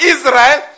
Israel